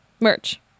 Merch